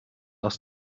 aus